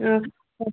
ହଁ